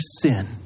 sin